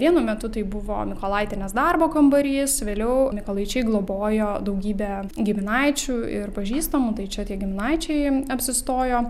vienu metu tai buvo mykolaitienės darbo kambarys vėliau mykolaičiai globojo daugybę giminaičių ir pažįstamų tai čia tie giminaičiai apsistojo